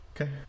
Okay